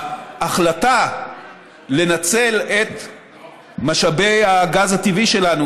ההחלטה לנצל את משאבי הגז הטבעי שלנו